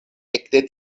ekde